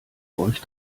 euch